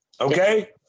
Okay